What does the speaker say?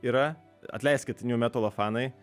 yra atleiskit nju metalo fanai